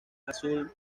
azul